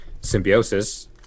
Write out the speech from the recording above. symbiosis